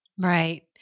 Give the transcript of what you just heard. Right